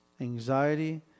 anxiety